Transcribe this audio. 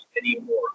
anymore